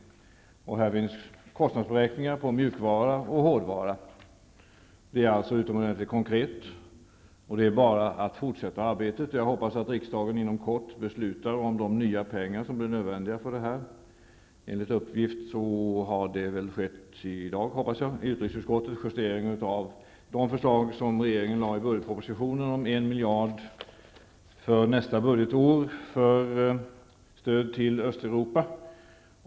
Här finns kostnadsberäkningar för mjukvara och hårdvara. Det är alltså utomordentligt konkret. Det är bara att fortsätta arbetet. Jag hoppas att riksdagen inom kort beslutar om de nya pengar som blir nödvändiga. Enligt uppgift har det i dag skett en justering i utrikesutskottet av de förslag som regeringen lade fram i budgetpropositionen om 1 miljard kronor nästa budgetår för stöd till Östeuropa.